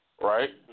right